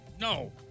No